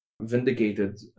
vindicated